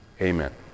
Amen